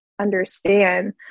understand